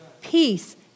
peace